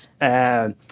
yes